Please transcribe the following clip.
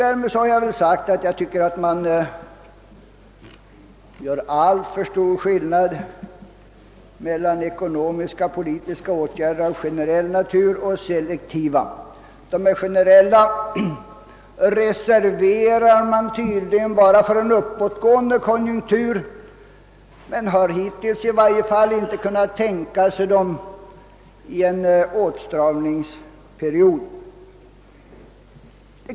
Därmed har jag också sagt att jag tycker att man gör alltför stor skillnad mellan ekonomiska och politiska åtgärder av generell och av selektiv natur. De generella åtgärderna reserverar man tydligen för en uppåtgående konjunktur; man har i varje fall inte hittills kunnat tänka sig att sätta in dem under en åtstramningsperiod.